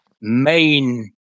main